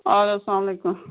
آد حظ السلام علیکُم